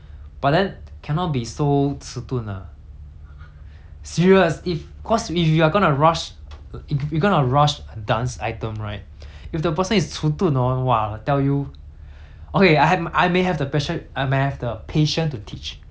serious if cause if you are gonna rush if you're gonna rush a dance item right if the person is 迟钝 hor !wah! I tell you okay I had I may have the patient I may have the patient to teach 我有那个耐心但是我没有时间